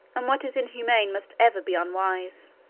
and what is inhuman must ever be unwise.